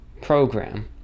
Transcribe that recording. program